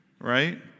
right